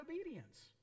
obedience